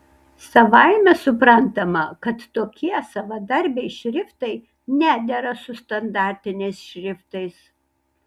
savaime suprantama kad tokie savadarbiai šriftai nedera su standartiniais šriftais